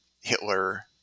Hitler